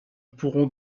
pourrons